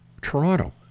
Toronto